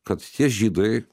kad tie žydai